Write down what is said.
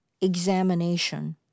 examination